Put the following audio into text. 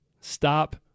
Stop